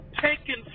taken